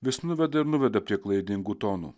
vis nuveda ir nuveda prie klaidingų tonų